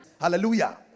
Hallelujah